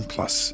Plus